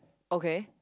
okay